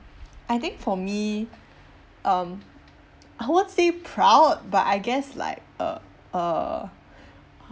I think for me um I won't say proud but I guess like uh uh